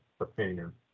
opinion